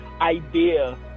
idea